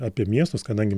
apie miestus kadangi